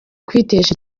kwitesha